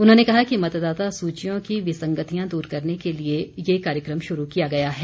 उन्होंने कहा कि मतदाता सूचियों की विसंगतियां दूर करने के लिए ये कार्यक्रम शुरू किया गया है